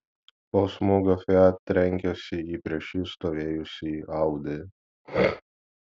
po smūgio fiat trenkėsi į prieš jį stovėjusį audi